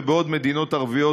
ובעוד מדינות ערביות,